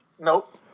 Nope